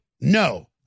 No